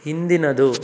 ಹಿಂದಿನದು